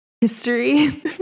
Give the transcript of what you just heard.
history